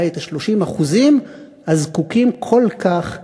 אולי את ה-30% הזקוקים כל כך לעזרתנו.